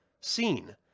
seen